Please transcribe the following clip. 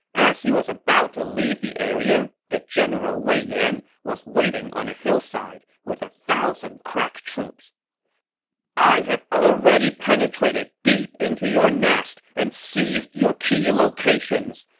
as he was about to leave the area, the general wei yan was waiting on a hillside with one thousand crack troops i have already penetrated deep into your nest and seized your key locations,